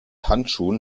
handschuhen